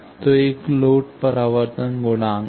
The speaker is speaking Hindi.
तो एक लोड परावर्तन गुणांक है